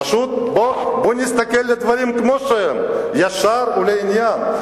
פשוט, בואו נסתכל על הדברים כמו שהם, ישר ולעניין.